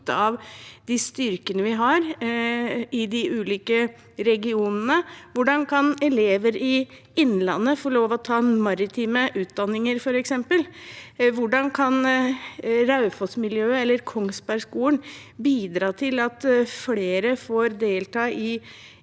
av de styrkene vi har i de ulike regionene? Hvordan kan f.eks. elever i Innlandet få lov til å ta maritime utdanninger? Hvordan kan Raufoss-miljøet eller Kongsberg-skolen bidra til at flere får delta i